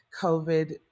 COVID